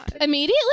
Immediately